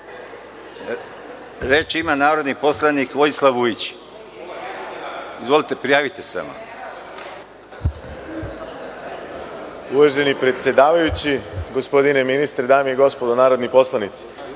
vas. Reč ima narodni poslanik Vojislav Vujić. Izvolite. **Vojislav Vujić** Uvaženi predsedavajući, gospodine ministre, dame i gospodo narodni poslanici,